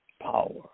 power